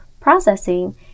processing